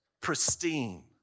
pristine